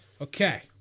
Okay